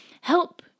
help